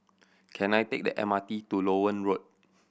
can I take the M R T to Loewen Road